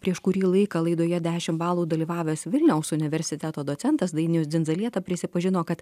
prieš kurį laiką laidoje dešim balų dalyvavęs vilniaus universiteto docentas dainius dzinzalieta prisipažino kad